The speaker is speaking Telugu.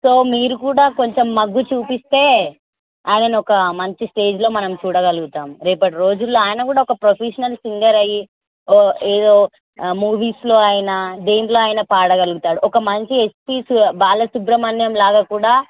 సో మీరు కూడా కొంచం మగ్గు చూపిస్తే ఆయన ఒక మంచి స్టేజ్లో మనం చూడగలుగుతాం రేపటి రోజులలో ఆయన కూడా ఒక ప్రొఫెషనల్ సింగర్ అయ్యి ఏదో మూవీస్లో అయిన దేంట్లో అయిన పాడగలుగుతాడు ఒక మంచి ఎక్స్పీస్ బాలసుబ్రమణ్యం లాగా కూడా